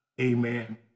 amen